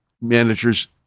managers